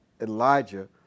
Elijah